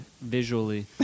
visually